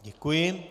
Děkuji.